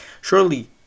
surely